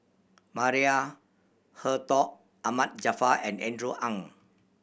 Maria Hertogh Ahmad Jaafar and Andrew Ang